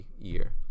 year